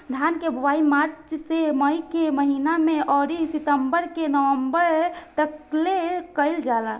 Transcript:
धान के बोआई मार्च से मई के महीना में अउरी सितंबर से नवंबर तकले कईल जाला